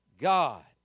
God